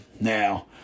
Now